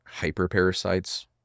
hyperparasites